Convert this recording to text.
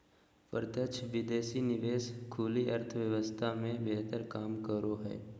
प्रत्यक्ष विदेशी निवेश खुली अर्थव्यवस्था मे बेहतर काम करो हय